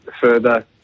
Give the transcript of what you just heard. further